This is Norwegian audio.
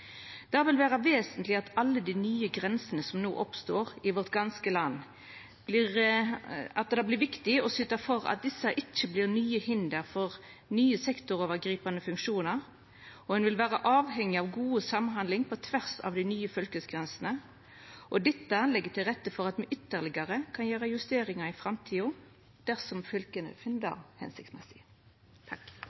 Det vil vera vesentleg å syta for at alle dei nye grensene som no oppstår i vårt ganske land, ikkje vert til nye hinder for nye sektorovergripande funksjonar, som vil vera avhengige av god samhandling på tvers av dei nye fylkesgrensene. Dette legg til rette for at me kan gjera ytterlegare justeringar i framtida, dersom fylka finn det hensiktsmessig.